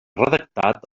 redactat